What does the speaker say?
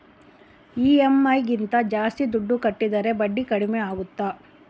EMI ಗಿಂತ ಜಾಸ್ತಿ ದುಡ್ಡು ಕಟ್ಟಿದರೆ ಬಡ್ಡಿ ಕಡಿಮೆ ಆಗುತ್ತಾ?